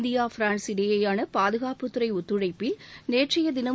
India France இடையிலான பாதுகாப்புத் துறை ஒத்துழைப்பில் நேற்றைய தினம்